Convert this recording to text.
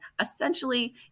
essentially